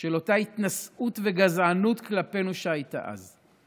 של אותה התנשאות וגזענות כלפינו שהייתה אז.